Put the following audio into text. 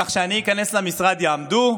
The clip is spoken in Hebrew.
כך שכשאני איכנס למשרד יעמדו,